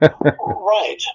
Right